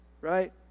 right